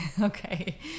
Okay